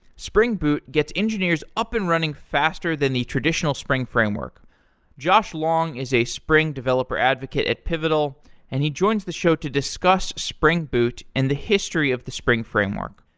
spring boot gets engineers up and running faster than the traditional spring. josh long is a spring developer advocate at pivotal and he joins the show to discuss spring boot and the history of the spring framework.